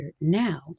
now